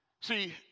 See